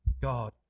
god